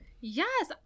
Yes